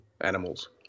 animals